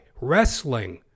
wrestling